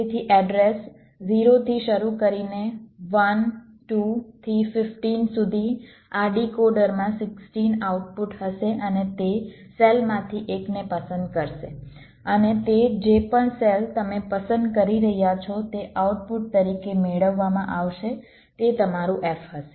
તેથી એડ્રેસ 0 થી શરૂ કરીને 1 2 થી 15 સુધી આ ડીકોડરમાં 16 આઉટપુટ હશે અને તે સેલમાંથી એકને પસંદ કરશે અને તે જે પણ સેલ તમે પસંદ કરી રહ્યાં છો તે આઉટપુટ તરીકે મેળવવામાં આવશે તે તમારું F હશે